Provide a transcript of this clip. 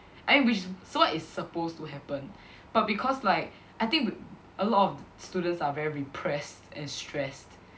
I mean which is what is supposed to happen but because like I think a lot of students are very repressed and stressed